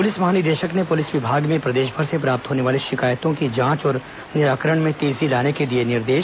police महानिदेशक ने police विभाग में प्रदेशभर से प्राप्त होने वाली शिकायतों की जांच और निराकरण में तेजी लाने के दिए निर्देश